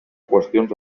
qüestions